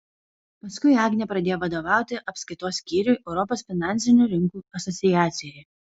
paskui agnė pradėjo vadovauti apskaitos skyriui europos finansinių rinkų asociacijoje